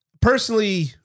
Personally